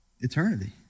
eternity